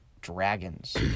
Dragons